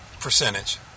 percentage